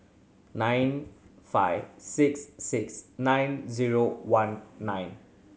nine five six six nine zero one nine